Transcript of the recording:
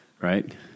right